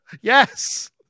Yes